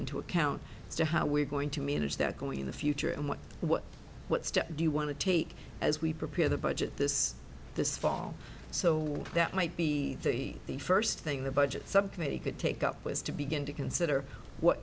into account as to how we're going to manage that going in the future and what what what steps do you want to take as we prepare the budget this this fall so that might be the first thing the budget subcommittee could take up with to begin to consider what